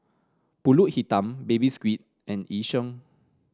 pulut hitam Baby Squid and Yu Sheng